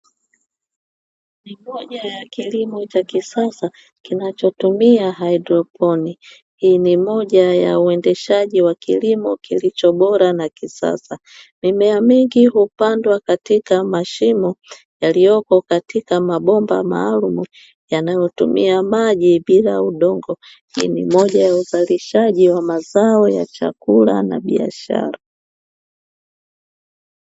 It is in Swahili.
Moja ya kilimo cha kisasa kinachotumia haidroponi. Hii ni moja ya uendeshaji wa kilimo kilicho bora na kisasa. Mimea mingi hupandwa katika mashimo yaliyopo katika mabomba maalumu yanayotumia maji bila udongo. hii ni moja ya uzalishaji wa mazao ya chakula na biashara.